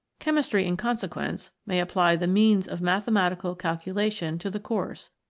chemistry in consequence may apply the means of mathematical calcula tion to the course,